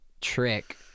trick